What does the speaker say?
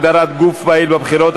הגדרת גוף פעיל בבחירות),